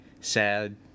sad